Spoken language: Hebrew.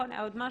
היה עוד משהו?